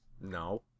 no